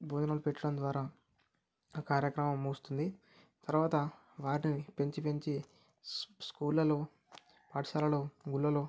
భోజనాలు పెట్టడం ద్వారా ఆ కార్యక్రమం ముగుస్తుంది తర్వాత వారిని పెంచి పెంచి స్కూళ్ళలో పాఠశాలలో గుళ్ళల్లో